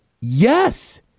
Yes